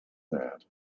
that